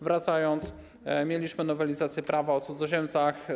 Wracając, mieliśmy nowelizację prawa o cudzoziemcach.